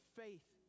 faith